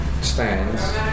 stands